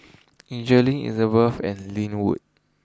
Jaylin Ebenezer and Linwood